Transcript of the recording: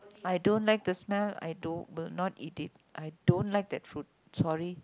I don't like the smell I don't will not eat it I don't like that fruit sorry